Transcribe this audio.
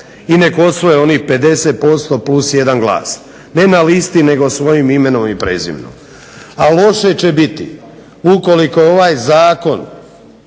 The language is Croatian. i nek osvoje onih 50% +1 glas, ne na listi nego svojim imenom i prezimenom. A loše će biti ukoliko je ovaj zakon